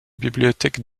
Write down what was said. bibliothèque